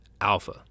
alpha